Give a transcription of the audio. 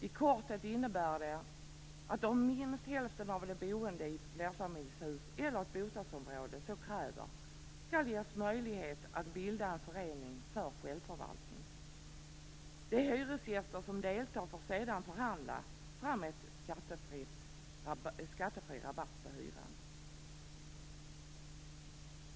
I korthet innebär det att om minst hälften av de boende i flerfamiljshus eller ett bostadsområde så kräver skall de ges möjlighet att bilda en förening för självförvaltning. De hyresgäster som deltar får sedan förhandla fram en skattefri rabatt på hyran.